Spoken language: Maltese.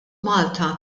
malta